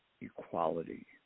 equality